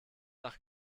nach